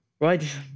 Right